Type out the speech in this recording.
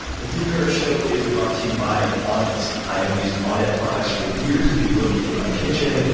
the tim ferriss show is brought to you by onnit. i have used onnit products for years. if you look in my kitchen,